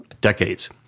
decades